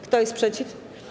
Kto jest przeciw?